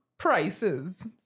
prices